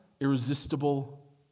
irresistible